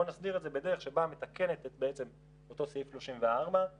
בואו נסדיר את זה בדרך שבאה ומתקנת בעצם את אותו סעיף 34 ואומרת,